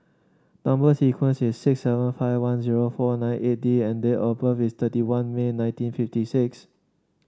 number sequence is six seven five one zero four nine eight D and date of birth is thirty one May nineteen fifty six